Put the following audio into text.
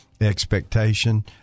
expectation